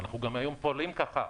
ואנחנו גם היום פועלים ככה.